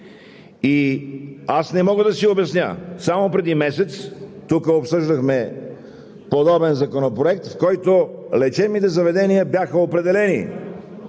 Аз не мога да си обясня, само преди месец тук обсъждахме подобен законопроект, в който лечебните заведения бяха определени